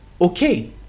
Okay